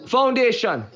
Foundation